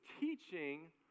teaching